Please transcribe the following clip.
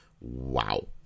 Wow